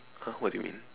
!huh! what do you mean